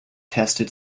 tested